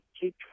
Keep